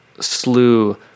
slew